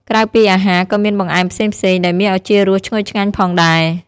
ក្រៅពីអាហារ ក៏មានបង្អែមផ្សេងៗ ដែលមានឱជារសឈ្ងុយឆ្ងាញ់ផងដែរ។